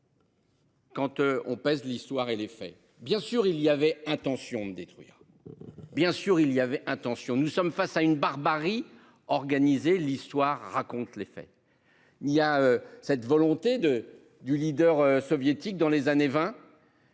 Quand on passe de l'histoire et les faits. Bien sûr il y avait intention de détruire. Bien sûr il y avait intention nous sommes face à une barbarie organisée l'histoire raconte les faits. Il y a cette volonté de du leader soviétique dans les années 20.